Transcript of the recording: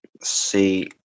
see